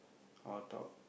I'll talk